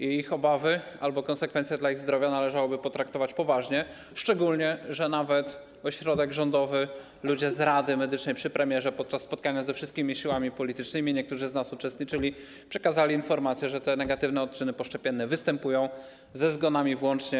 Ich obawy albo konsekwencje dla ich zdrowia należałoby potraktować poważnie, szczególnie że nawet ośrodek rządowy, ludzie z Rady Medycznej przy premierze podczas spotkania ze wszystkimi siłami politycznymi, niektórzy z nas w nim uczestniczyli, przekazali informację, że te negatywne odczyny poszczepienne występują, ze zgonami włącznie.